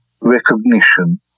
recognition